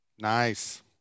Nice